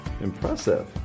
Impressive